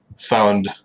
found